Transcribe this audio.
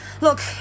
Look